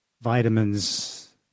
vitamins